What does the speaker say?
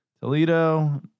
Toledo